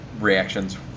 reactions